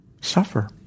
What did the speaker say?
suffer